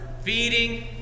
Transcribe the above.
Feeding